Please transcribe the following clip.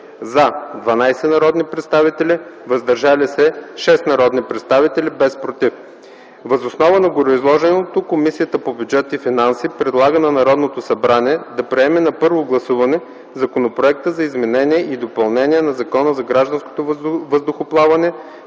– 12 народни представители, „въздържали се” – 6 народни представители, без „против”. Въз основа на гореизложеното, Комисията по бюджет и финанси предлага на Народното събрание да приеме на първо гласуване Законопроект за изменение и допълнение на Закона за гражданското въздухоплаване